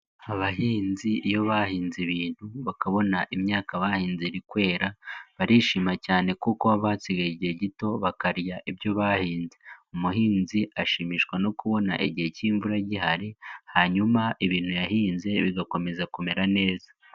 Abahinzi iyo bahinze ibintu bakabona imyaka bahinze iri kwera barishima cyane kuko haba hasigaye igihe gito bakarya ibyo bahinze umuhinzi ashimishwa no kubona igihe k'imvura gihari hanyuma ibintu yahinze bigakomeza kumera neza.